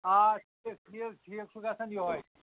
آ ٹھیٖک ٹھیٖک ٹھیٖک چھُ گژھان یہوے